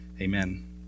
amen